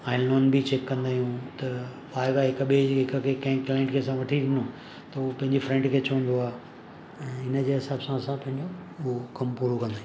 online बि check कंदा आहियूं त आए वए हिकु ॿिए जी हिकु की कंहिं क्लाइंट खे असां वठी ॾिनो त हो पंहिंजी फ़्रेंड खे चवंदो आहे ऐं हिनजे हिसाबु सां असां पंहिंजो उहो कमु पूरो कंदा आहियूं